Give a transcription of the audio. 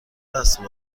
وصل